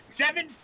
seven